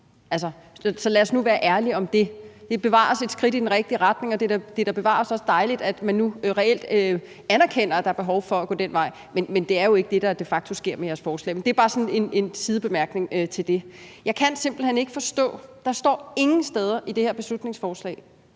lad os nu være ærlige om det. Bevares, det er et skridt i den rigtige retning, og bevares, det er da også dejligt, at man nu reelt anerkender, at der er behov for at gå den vej, men det er jo ikke det, der de facto sker med jeres forslag. Men det er bare sådan en sidebemærkning til det. Der er noget, jeg simpelt hen ikke kan forstå. Der står ingen steder i det her beslutningsforslag,